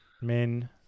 Men